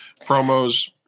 promos